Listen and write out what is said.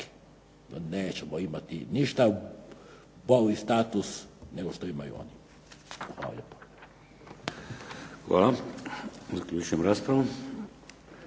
Nećemo imati ništa bolji status nego što imaju oni. Hvala lijepa.